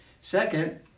Second